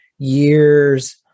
Years